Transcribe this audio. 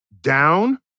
down